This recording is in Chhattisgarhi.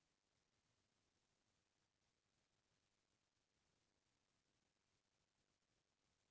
कुकरी पोसे बर सरकार हर किसान मन ल बनेच अनुदान देवत हे